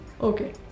Okay